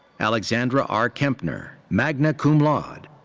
ah like so and r. kempner, magna cum laude.